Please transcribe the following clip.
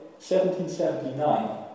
1779